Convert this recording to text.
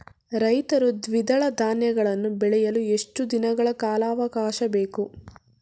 ರೈತರು ದ್ವಿದಳ ಧಾನ್ಯಗಳನ್ನು ಬೆಳೆಯಲು ಎಷ್ಟು ದಿನಗಳ ಕಾಲಾವಾಕಾಶ ಬೇಕು?